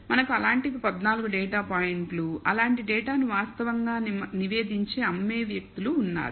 మనకు అలాంటివి 14 డేటా పాయింట్లు అలాంటి డేటాను వాస్తవంగా నివేదించే అమ్మే వ్యక్తులు ఉన్నారు